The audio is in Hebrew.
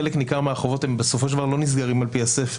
חלק ניכר מהחובות בסופו של דבר לא נסגרים על פי הספר,